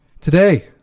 Today